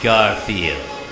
Garfield